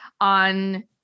on